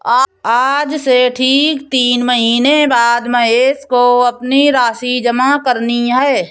आज से ठीक तीन महीने बाद महेश को अपनी राशि जमा करनी है